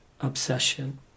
obsession